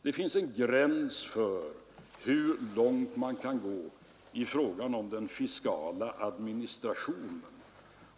Det finns en gräns för hur långt man kan gå i fråga om den fiskala administrationen.